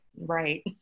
Right